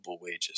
wages